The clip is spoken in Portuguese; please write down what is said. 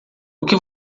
que